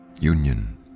union